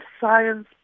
science